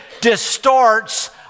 distorts